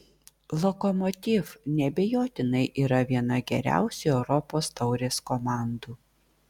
lokomotiv neabejotinai yra viena geriausių europos taurės komandų